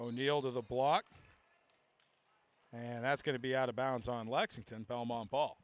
o'neal to the block and that's going to be out of bounds on lexington belmont ball